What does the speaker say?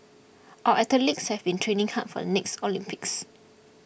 our athletes have been training hard for the next Olympics